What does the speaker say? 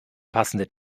passende